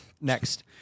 Next